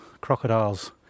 crocodile's